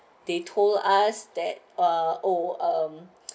they told us that ah oh um